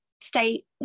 state